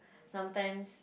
sometimes